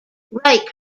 reich